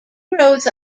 growth